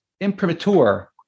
imprimatur